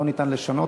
לא ניתן לשנות.